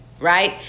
right